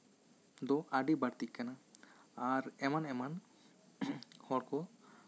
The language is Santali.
ᱫᱚ ᱟᱹᱰᱤ ᱵᱟᱹᱲᱛᱤᱜ ᱠᱟᱱᱟ ᱟᱨ ᱮᱢᱟᱱ ᱮᱢᱟᱱ ᱦᱚᱲ ᱠᱚ